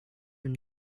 and